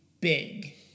big